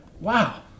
wow